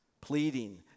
pleading